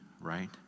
right